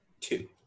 two